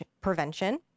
Prevention